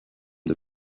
the